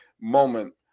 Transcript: moment